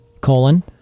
colon